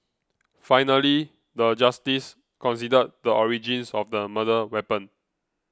finally the Justice considered the origins of the murder weapon